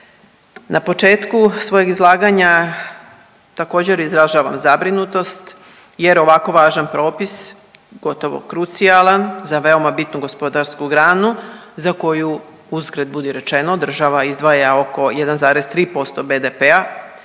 Na početku svojeg izlaganja također izražavam zabrinutost jer ovako važan propis gotovo krucijalan za veoma bitnu gospodarsku granu za koju uzgred budi rečeno država izdvaja oko 1,3% BDP-a